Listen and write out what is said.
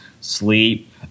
sleep